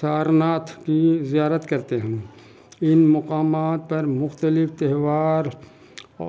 سارناتھ کی زیارت کرتے ہیں ان مقامات پر مختلف تہوار